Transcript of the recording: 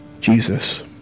Jesus